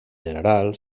general